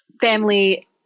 family